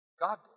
God